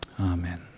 Amen